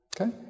Okay